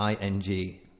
ing